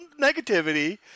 negativity